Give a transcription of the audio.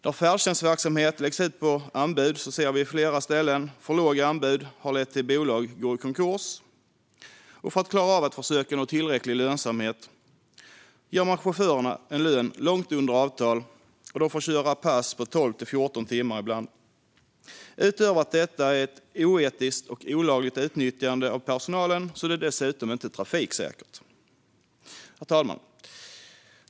När färdtjänstverksamhet lagts ut för anbud har vi på flera ställen sett hur för låga anbud har lett till att bolag gått i konkurs. För att försöka klara av att nå tillräcklig lönsamhet ger man chaufförerna en lön långt under avtal, och de får ibland köra pass på 12-14 timmar. Utöver att det är ett oetiskt och olagligt utnyttjande av personalen är det dessutom inte trafiksäkert. Herr talman!